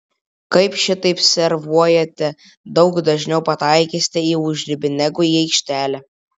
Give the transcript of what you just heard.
kai šitaip servuojate daug dažniau pataikysite į užribį negu į aikštelę